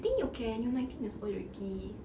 I think you can you nineteen years old already